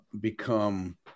become